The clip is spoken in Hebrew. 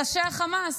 ראשי החמאס,